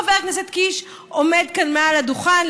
חבר הכנסת קיש עומד כאן מעל הדוכן,